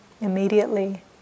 immediately